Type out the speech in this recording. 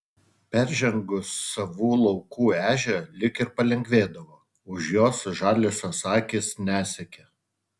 peržengus savų laukų ežią lyg ir palengvėdavo už jos žaliosios akys nesekė